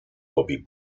bobby